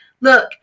look